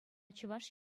чӑваш